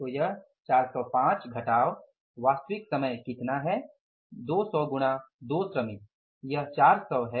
तो यह 405 घटाव वास्तविक समय कितना है 200 गुणा 2 श्रमिक यह 400 है